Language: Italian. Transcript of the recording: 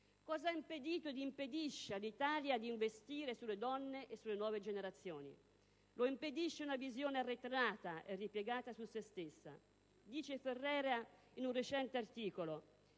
Cosa ha impedito ed impedisce all'Italia di investire sulle donne e sulle nuove generazioni? Lo impedisce una visione arretrata e ripiegata su se stessa. Dice Ferrera in un recente articolo: